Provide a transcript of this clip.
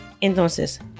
Entonces